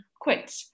quit